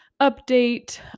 update